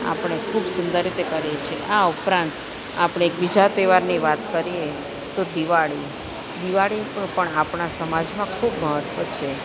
આપણે ખૂબ સુંદર રીતે કરીએ છીએ આ ઉપરાંત આપણે એક બીજા તહેવારની વાત કરીએ તો દિવાળી દિવાળી પણ પણ આપણા સમાજમાં ખૂબ મહત્ત્વ છે